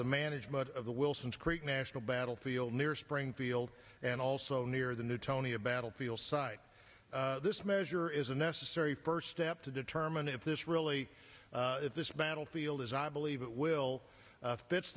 the management of the wilsons creek national battlefield near springfield and also near the newtonian battlefield side this measure is a necessary first step to determine if this really is this battlefield as i believe it will fits